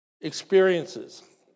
experiences